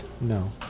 No